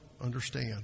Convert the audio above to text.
understand